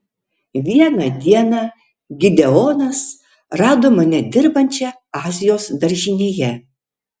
vieną dieną gideonas rado mane dirbančią azijos daržinėje